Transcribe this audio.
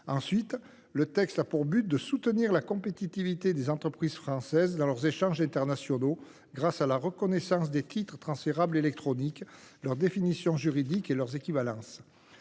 Ensuite, le texte vise à soutenir la compétitivité des entreprises françaises dans leurs échanges internationaux, grâce à la reconnaissance des titres transférables électroniques, à leur définition juridique et à la reconnaissance